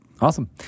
Awesome